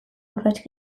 urrats